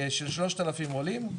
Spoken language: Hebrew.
של 3,000 עולים,